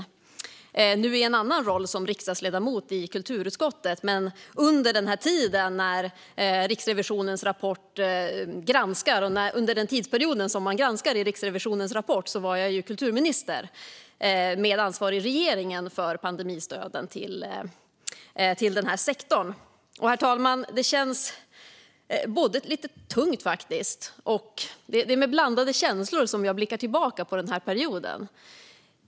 Jag står nu här i en annan roll, som riksdagsledamot i kulturutskottet, men under den tidsperiod som Riksrevisionen granskar i sin rapport var jag kulturminister med ansvar i regeringen för pandemistöden till denna sektor. Herr talman! Det känns delvis lite tungt, för det är med blandade känslor jag blickar tillbaka på perioden.